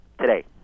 today